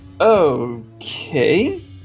Okay